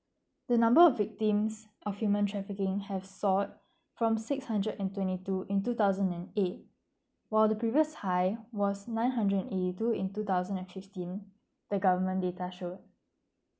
the number of victims of human trafficking has sought from six hundred and twenty two in two thousand and eight while the previous high was nine hundred and eighty two in two thousand and fifteen the government data showed